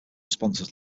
sponsors